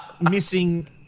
missing